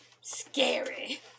Scary